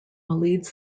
leads